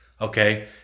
Okay